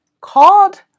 called